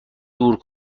دور